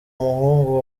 muhungu